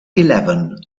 eleven